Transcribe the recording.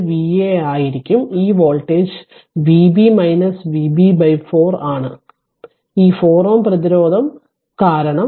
അത് Va ആയിരിക്കും ഈ വോൾട്ടേജ് Vb Vb 4 ആണ് ഈ 4 Ω പ്രതിരോധം കാരണം